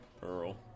Pearl